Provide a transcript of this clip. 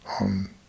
on